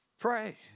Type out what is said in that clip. Pray